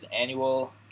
Annual